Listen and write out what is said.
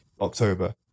October